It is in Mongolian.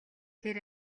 тэр